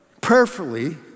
prayerfully